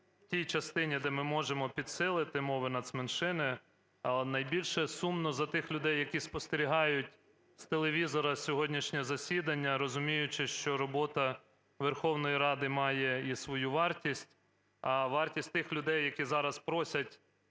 в тій частині, де ми можемо підсилити мови нацменшини. Але найбільше сумно за тих людей, які спостерігають з телевізора сьогоднішнє засідання, розуміючи, що робота Верховної Ради має і свою вартість, а вартість тих людей, які зараз просять